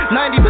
90%